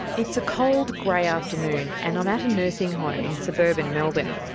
it's a cold, grey afternoon and i'm at a nursing home in suburban melbourne.